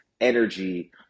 energy